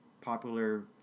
popular